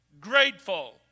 grateful